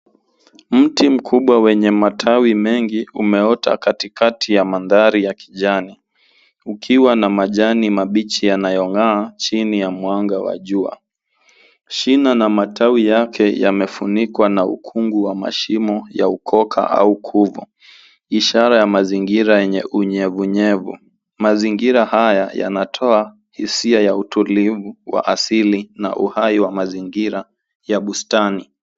Mti mkubwa wenye matawi mengi umeota katikati ya mandhari ya kijani ukiwa na majani mabichi yanayong'aa chini ya mwanga wa jua. Shina na matawi yake yamefunikwa na ukungu wa mashimo ya ukoka au kuvu, ishara ya mazingira yenye unyevunyevu. Mazingira haya yanatoa hisia ya utulivu wa asili na uhai wa mazingira ya bustani.